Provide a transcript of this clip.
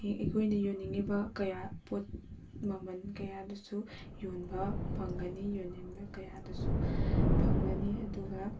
hang ꯑꯩꯈꯣꯏꯅ ꯌꯣꯟꯅꯤꯡꯉꯤꯕ ꯀꯌꯥ ꯄꯣꯠ ꯃꯃꯟ ꯀꯌꯥꯗꯨꯁꯨ ꯌꯣꯟꯕ ꯐꯪꯒꯅꯤ ꯌꯣꯟꯅꯤꯡꯕ ꯀꯌꯥꯗꯨꯁꯨ ꯐꯪꯂꯅꯤ ꯑꯗꯨꯒ